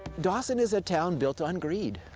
dawson is a town built on greed,